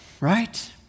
right